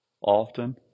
often